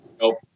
Nope